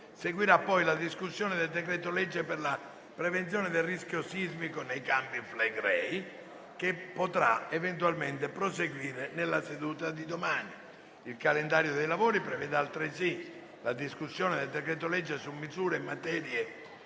Seguirà la discussione del decreto-legge per la prevenzione del rischio sismico nei Campi Flegrei, che potrà eventualmente proseguire nella seduta di domani. Il calendario dei lavori prevede altresì la discussione del decreto-legge su misure in materia